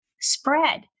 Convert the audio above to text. spread